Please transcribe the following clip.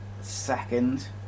second